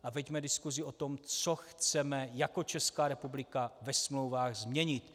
A veďme diskusi o tom, co chceme jako Česká republika ve smlouvách změnit.